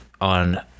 on